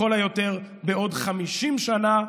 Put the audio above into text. לכל היותר בעוד חמישים שנה,